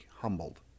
humbled